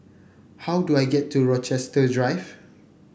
how do I get to Rochester Drive